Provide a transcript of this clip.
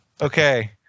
Okay